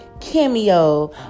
cameo